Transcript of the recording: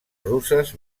russes